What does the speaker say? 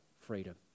freedom